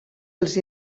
els